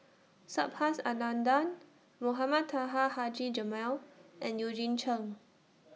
Subhas Anandan Mohamed Taha Haji Jamil and Eugene Chen